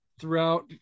throughout